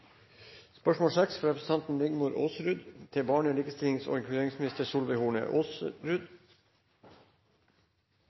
Spørsmål 7, fra representanten Kjetil Kjenseth til barne-, likestillings- og